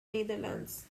netherlands